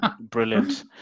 brilliant